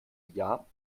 jahr